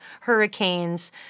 hurricanes